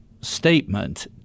statement